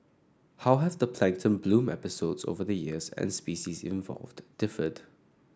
how have the plankton bloom episodes over the years and species involved differed